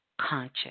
conscious